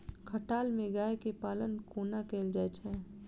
खटाल मे गाय केँ पालन कोना कैल जाय छै?